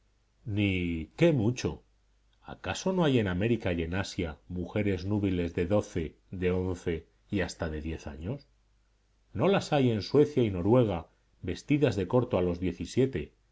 qué mucho acaso no hay en américa y en asia mujeres núbiles de doce de once y hasta de diez años no las hay en suecia y noruega vestidas de corto a los diecisiete